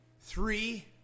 three